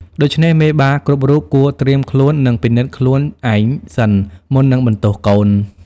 ដូច្នេះ មេបាគ្រប់រូបគួរត្រៀមខ្លួន និងពិនិត្យខ្លួនឯងសិន មុននឹងបន្ទោសកូន។